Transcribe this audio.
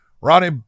Ronnie